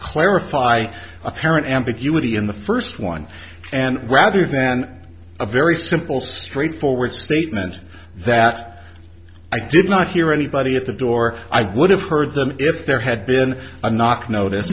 clarify apparent ambiguity in the first one and rather than a very simple straightforward statement that i did not hear anybody at the door i would have heard them if there had been a knock notice